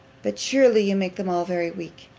but surely you make them all very weak.